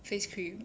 face cream